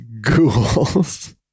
ghouls